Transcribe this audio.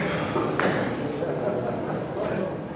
ונותנת גם